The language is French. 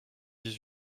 dix